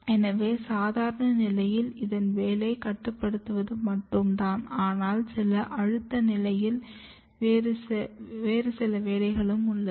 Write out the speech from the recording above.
எனவே சாதாரண நிலையில் இதன் வேலை கட்டுப்படுத்துவது மட்டும் தான் ஆனால் சில அழுத்த நிலையில் வேறு சில வேலைகளும் உள்ளது